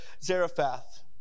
Zarephath